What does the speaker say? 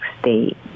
State